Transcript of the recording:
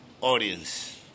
audience